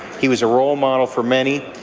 he was a role model for many,